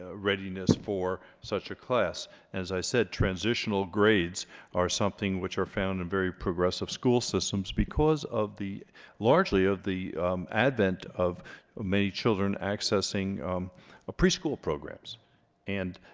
ah readiness for such a class as i said transitional grades are something which are found in very progressive school systems because of the largely of the advent of many children accessing a preschool programs and